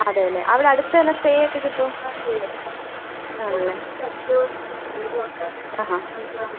അതെ അല്ലേ അവിടെ അടുത്ത് തന്നെ സ്റ്റേ ഒക്കെ കിട്ടുമോ ആണല്ലേ ആ ഹാ